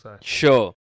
Sure